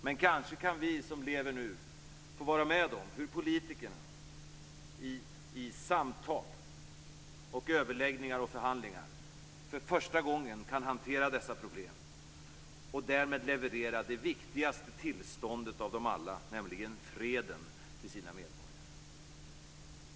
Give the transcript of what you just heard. Men kanske kan vi som lever nu få vara med om hur politikerna i samtal, överläggningar och förhandlingar för första gången kan hantera dessa problem och därmed leverera det viktigaste tillståndet av dem alla, nämligen freden, till sina medborgare.